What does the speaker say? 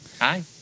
Hi